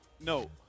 No